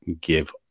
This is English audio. give